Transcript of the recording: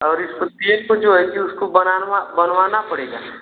और इसको तेल को जो है कि उसको बनानवा बनवाना पड़ेगा